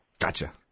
Gotcha